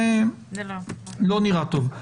זה לא נראה טוב.